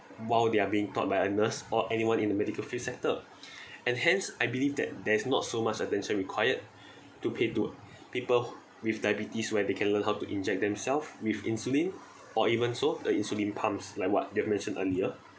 while they are being taught by a nurse or anyone in the medical field sector and hence I believe that there's not so much attention required to pay to people with diabetes where they can learn how to inject themselves with insulin or even so the insulin pumps like what you have mentioned earlier